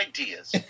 ideas